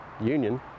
Union